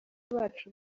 bacu